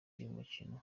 yumukino